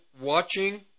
watching